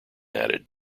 added